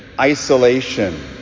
isolation